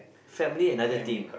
family another thing